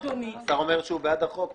אדוני --- השר אומר שהוא בעד החוק,